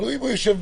אבל אם הוא יישב